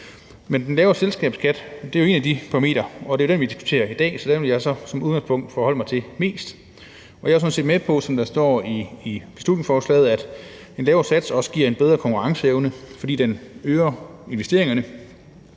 den lavere selskabsskat er jo en af de parametre. Det er den, vi diskuterer i dag, så den vil jeg som udgangspunkt forholde mig mest til. Jeg er jo sådan set med på, som der står i beslutningsforslaget, at en lavere sats også giver en bedre konkurrenceevne, fordi den øger investeringerne.